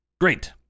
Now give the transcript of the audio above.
Great